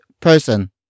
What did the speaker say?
person